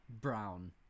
brown